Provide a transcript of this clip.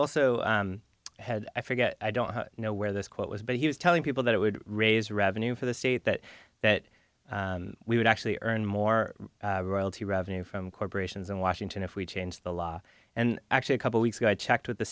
also had i forget i don't know where this quote was but he was telling people that it would raise revenue for the state that that we would actually earn more royalty revenue from corporations in washington if we change the law and actually a couple weeks ago i checked with the